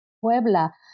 Puebla